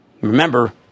Remember